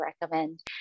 recommend